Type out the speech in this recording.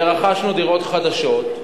ורכשנו דירות חדשות,